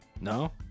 No